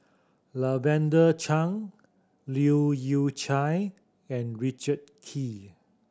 Lavender Chang Leu Yew Chye and Richard Kee